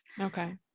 Okay